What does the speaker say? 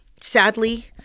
Sadly